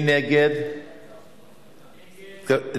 ההסתייגות לחלופין השנייה של קבוצת סיעת מרצ וקבוצת סיעת חד"ש לא